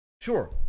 Sure